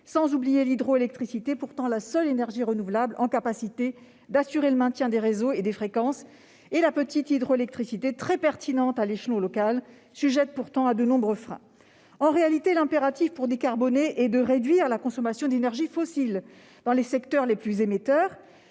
sans oublier l'hydroélectricité, qui est tout de même la seule énergie renouvelable capable d'assurer le maintien des réseaux et des fréquences ; la petite hydroélectricité, très pertinente à l'échelon local, est pourtant sujette à de nombreux freins. En réalité, pour décarboner, l'impératif est de réduire la consommation d'énergie fossile dans les secteurs les plus émetteurs